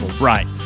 Right